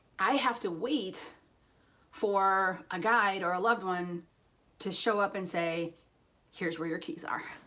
i have to wait for a guide or a loved one to show up and say here's where your keys are.